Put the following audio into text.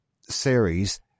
series